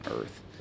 earth